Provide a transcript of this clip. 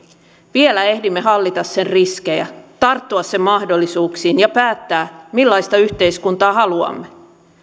vielä ehdimme hallita sen riskejä tarttua sen mahdollisuuksiin ja päättää millaista yhteiskuntaa haluamme